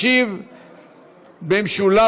ישיב במשולב,